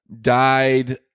died